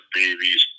babies